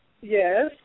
yes